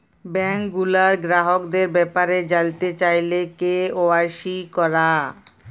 bank গুলার গ্রাহকদের ব্যাপারে জালতে চাইলে কে.ওয়াই.সি ক্যরা